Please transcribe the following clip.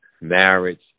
marriage